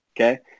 okay